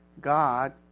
God